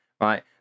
Right